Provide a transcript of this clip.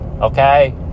Okay